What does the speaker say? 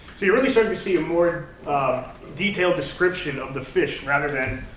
so you're really starting to see a more detailed description of the fish, rather than,